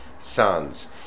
sons